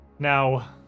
Now